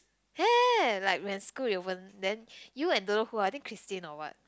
have like when school reopen then you and don't know who ah I think Christine or what